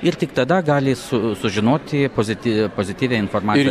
ir tik tada gali su sužinoti pozityvi pozityvią informaciją